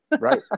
Right